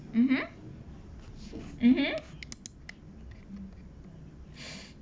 mmhmm mmhmm